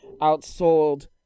outsold